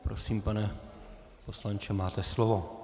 Prosím, pane poslanče, máte slovo.